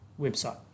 website